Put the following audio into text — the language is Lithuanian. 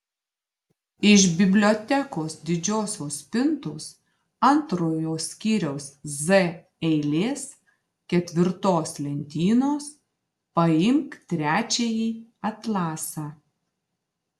iš bibliotekos didžiosios spintos antrojo skyriaus z eilės ketvirtos lentynos paimk trečiąjį atlasą